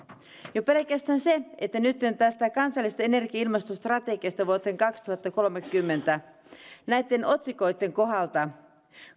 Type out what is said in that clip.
jo pelkästään tästä kansallisesta energia ja ilmastostrategiasta vuoteen kaksituhattakolmekymmentä asti näitten otsikoitten kohdalta